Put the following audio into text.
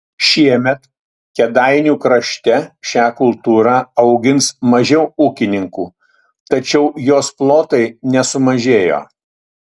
šiemet kėdainių krašte šią kultūrą augins mažiau ūkininkų tačiau jos plotai nesumažėjo